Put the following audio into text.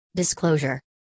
Disclosure